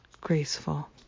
graceful